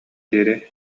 диэри